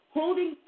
holding